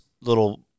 little